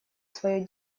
свое